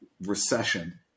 recession